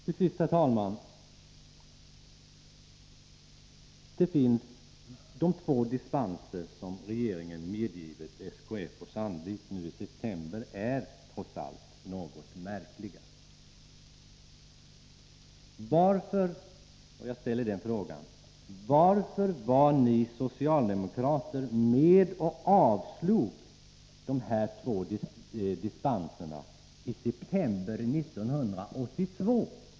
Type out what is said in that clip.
Till sist, herr talman, vill jag peka på att de två dispenser som regeringen i september medgav SKF och Sandvik trots allt är något märkliga. Jag ställer frågan: Varför var ni socialdemokrater med om att avslå motsvarande dispensansökningar i september 1982?